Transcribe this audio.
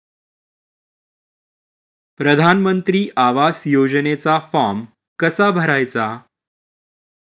प्रधानमंत्री आवास योजनेचा फॉर्म कसा भरायचा?